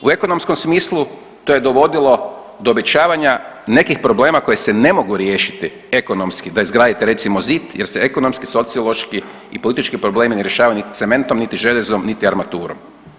U ekonomskom smislu to je dovodilo do obećavanja nekih problema koji se ne mogu riješiti, da izgradite recimo zid jer se ekonomski, sociološki i politički problemi ne rješavaju niti cementom, niti željezom, niti armaturom.